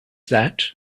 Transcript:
that